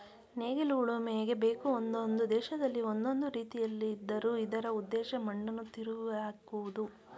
ನೇಗಿಲು ಉಳುಮೆಗೆ ಬೇಕು ಒಂದೊಂದು ದೇಶದಲ್ಲಿ ಒಂದೊಂದು ರೀತಿಲಿದ್ದರೂ ಇದರ ಉದ್ದೇಶ ಮಣ್ಣನ್ನು ತಿರುವಿಹಾಕುವುದು